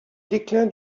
déclin